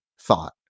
thought